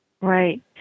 Right